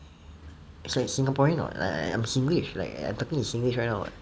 it's like singaporean [what] like like I'm singlish like I talking in singlish right now [what]